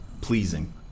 pleasing